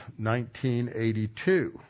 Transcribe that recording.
1982